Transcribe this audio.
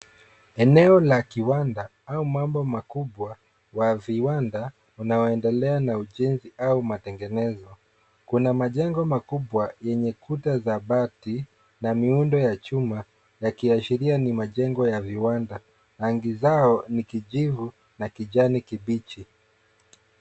Eneo la kiwanda, au mambo makubwa wa viwanda unoaendelea na ujenzi au matengenezo . Kuna majengo makubwa yenye kuta za bati na miundo ya chuma yakiashiria ni majengo ya viwanda. Rangi zao ni kijivu na kijani kibichi.